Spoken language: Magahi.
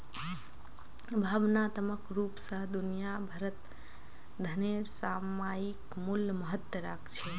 भावनात्मक रूप स दुनिया भरत धनेर सामयिक मूल्य महत्व राख छेक